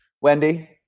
Wendy